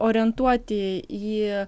orientuoti į